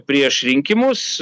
prieš rinkimus